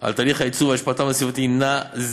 על תהליך הייצור והשפעתם הסביבתית זניחה,